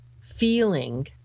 feeling